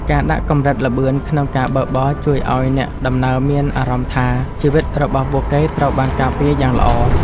ការដាក់កម្រិតល្បឿនក្នុងការបើកបរជួយឱ្យអ្នកដំណើរមានអារម្មណ៍ថា ជីវិតរបស់ពួកគេត្រូវបានការពារយ៉ាងល្អ។